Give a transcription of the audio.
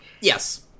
Yes